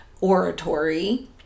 Oratory